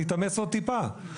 אני אתאמץ עוד טיפה.